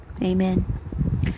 Amen